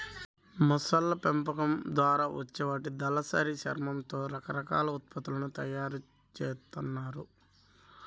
మొసళ్ళ పెంపకం ద్వారా వచ్చే వాటి దళసరి చర్మంతో రకరకాల ఉత్పత్తులను తయ్యారు జేత్తన్నారు